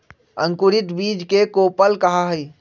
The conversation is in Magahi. अंकुरित बीज के कोपल कहा हई